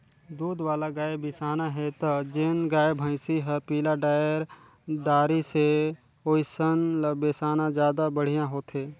दूद वाला गाय बिसाना हे त जेन गाय, भइसी हर पिला डायर दारी से ओइसन ल बेसाना जादा बड़िहा होथे